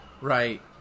Right